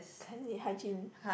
cleanli~ hygiene